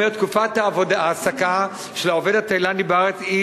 תקופת ההעסקה של העובד התאילנדי בארץ היא